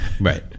Right